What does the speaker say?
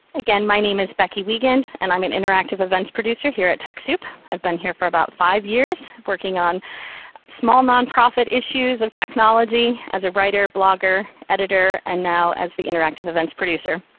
again, my name is becky wiegand, and i'm an interactive events producer here at techsoup. i've been here for about five years working on small nonprofit issues of technology, as a writer, blogger, editor, and now as the interactive events producer.